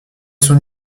son